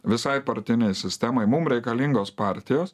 visai partinei sistemai mum reikalingos partijos